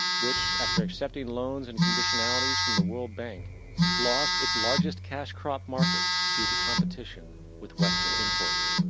which after accepting loans and conditionalities from the worldbank lost it's largest cash crop markets due to competition with western imports.